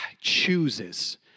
chooses